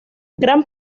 gran